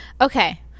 Okay